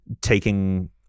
Taking